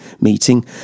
meeting